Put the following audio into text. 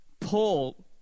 Paul